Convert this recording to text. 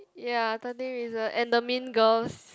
ya thirteen reason and the mean girls